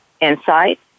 Insight